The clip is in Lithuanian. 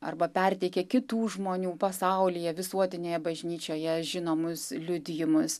arba perteikia kitų žmonių pasaulyje visuotinėje bažnyčioje žinomus liudijimus